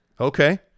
Okay